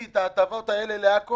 עכו,